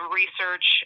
research